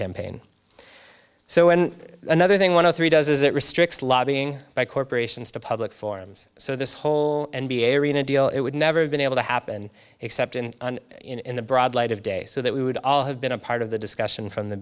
campaign so and another thing one of three does is it restricts lobbying by corporations to public forums so this whole n b a arena deal it would never have been able to happen except in in the broad light of day so that we would all have been a part of the discussion from the